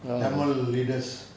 tamil leaders